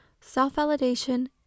self-validation